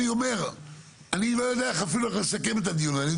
אני רוצה להמשיך -- אין בעיה,